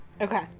okay